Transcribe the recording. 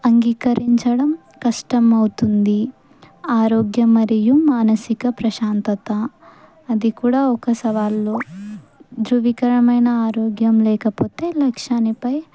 అంగీకరించడం కష్టమమవుతుంది ఆరోగ్యం మరియు మానసిక ప్రశాంతత అది కూడా ఒక సవాళ్లు ధ్రృవకరమైన ఆరోగ్యం లేకపోతే లక్ష్యాన్నిపై